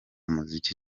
muziki